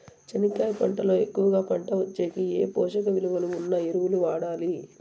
చెనక్కాయ పంట లో ఎక్కువగా పంట వచ్చేకి ఏ పోషక విలువలు ఉన్న ఎరువులు వాడాలి?